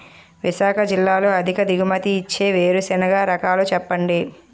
విశాఖ జిల్లాలో అధిక దిగుమతి ఇచ్చే వేరుసెనగ రకాలు వివరించండి?